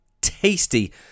tasty